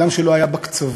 אדם שלא היה בקצוות,